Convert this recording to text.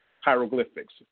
hieroglyphics